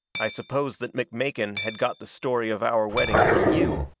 i suppose that mcmakin had got the story of our wedding from you.